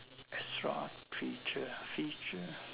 extra feature feature